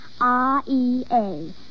R-E-A